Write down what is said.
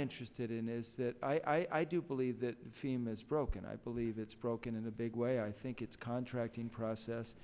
interested in is that i do believe that theme is broken i believe it's broken in a big way i think it's contracting process